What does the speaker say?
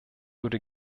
würde